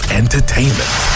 entertainment